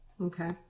Okay